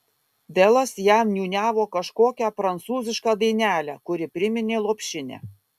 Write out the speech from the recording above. delas jam niūniavo kažkokią prancūzišką dainelę kuri priminė lopšinę